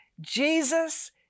Jesus